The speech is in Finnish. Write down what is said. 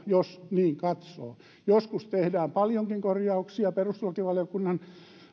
jos niin katsoo joskus tehdään paljonkin korjauksia perustuslakivaliokunnan